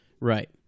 Right